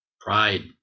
pride